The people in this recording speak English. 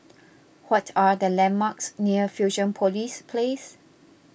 what are the landmarks near Fusionopolis Place